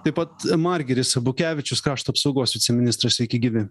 taip pat margiris abukevičius krašto apsaugos viceministras sveiki gyvi